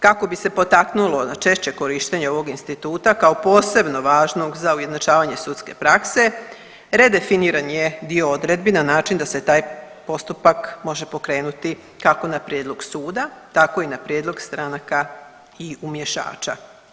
Kako bi se potaknulo na češće korištenje ovog instituta kao posebno važnog za ujednačavanje sudske prakse redefiniran je dio odredbi na način da se taj postupak može pokrenuti kako na prijedlog suda tako i na prijedlog stranaka i umješača.